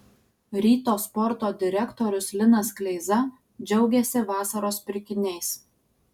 ryto sporto direktorius linas kleiza džiaugėsi vasaros pirkiniais